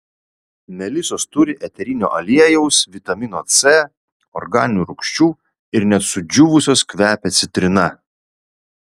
melisos turi eterinio aliejaus vitamino c organinių rūgščių ir net sudžiūvusios kvepia citrina